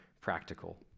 practical